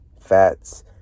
fats